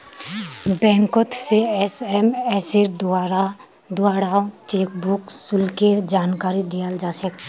बैंकोत से एसएमएसेर द्वाराओ चेकबुक शुल्केर जानकारी दयाल जा छेक